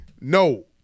No